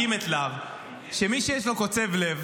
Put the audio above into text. הקים את להב: מי שיש לו קוצב לב,